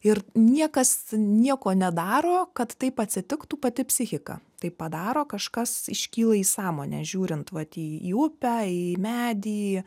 ir niekas nieko nedaro kad taip atsitiktų pati psichika tai padaro kažkas iškyla į sąmonę žiūrint vat į į upę į medį